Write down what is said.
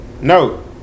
No